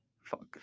fuck